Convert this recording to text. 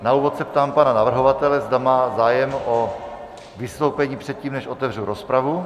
Na úvod se ptám pana navrhovatele, zda má zájem o vystoupení předtím, než otevřu rozpravu.